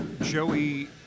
Joey